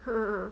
um